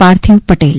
Parthiv Patel